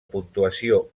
puntuació